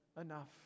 enough